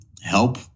help